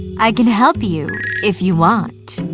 i can help you, if you want.